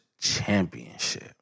championship